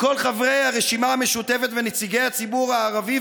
לכל חברי הרשימה המשותפת ונציגי הציבור הערבי,